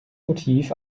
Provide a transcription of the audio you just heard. motiv